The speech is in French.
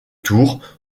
tour